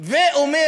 עיוורו אותנו